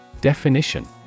Definition